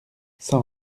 cent